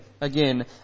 again